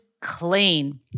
clean